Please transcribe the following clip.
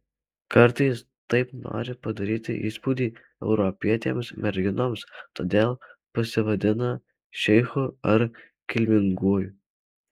kartais taip nori padaryti įspūdį europietėms merginoms todėl pasivadina šeichu ar kilminguoju